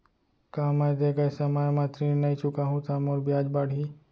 का मैं दे गए समय म ऋण नई चुकाहूँ त मोर ब्याज बाड़ही?